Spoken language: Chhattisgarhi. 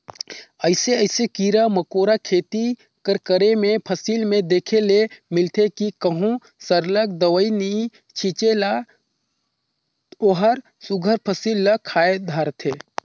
अइसे अइसे कीरा मकोरा खेती कर करे में फसिल में देखे ले मिलथे कि कहों सरलग दवई नी छींचे ता ओहर सुग्घर फसिल ल खाए धारथे